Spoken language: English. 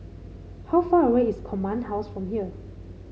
how far away is Command House from here